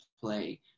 play